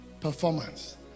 performance